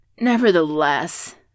Nevertheless